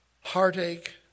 heartache